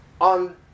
on